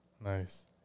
Nice